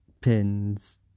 pins